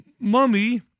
Mummy